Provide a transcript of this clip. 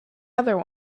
other